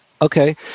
Okay